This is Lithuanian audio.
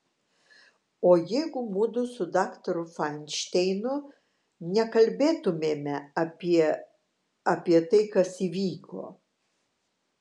o jeigu mudu su daktaru fainšteinu nekalbėtumėme apie apie tai kas įvyko